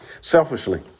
Selfishly